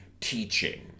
teaching